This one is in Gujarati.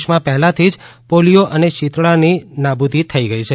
દેશમાં પહેલાથી જ પોલિયો અને શીતળાની નાબૂદી થઇ ગઇ છે